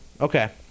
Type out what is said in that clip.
Okay